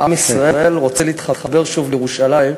עם ישראל רוצה להתחבר שוב לירושלים.